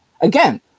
Again